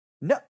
No